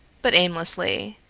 but aimlessly.